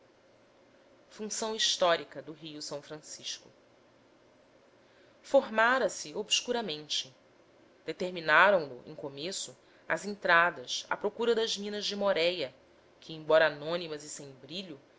função histórica do rio s francisco formara se obscuramente determinaram no em começo as entradas à procura das minas de moréia que embora anônimas e sem brilho